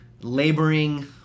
laboring